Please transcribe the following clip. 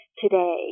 today